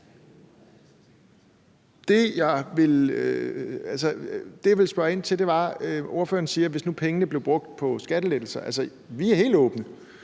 Det, jeg ville spørge ind til, var: Ordføreren siger det her med, at hvis nu pengene blev brugt på skattelettelser, og altså, vi er helt åbne